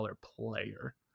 player